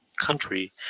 country